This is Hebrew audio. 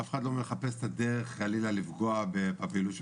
אף אחד לא מחפש את הדרך חלילה לפגוע בפעילות,